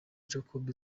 jacob